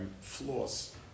flaws